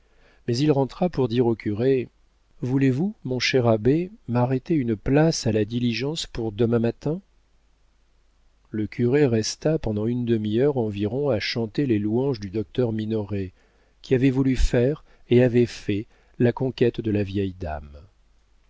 mais il rentra pour dire au curé voulez-vous mon cher abbé m'arrêter une place à la diligence pour demain matin le curé resta pendant une demi-heure environ à chanter les louanges du docteur minoret qui avait voulu faire et avait fait la conquête de la vieille dame